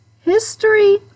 history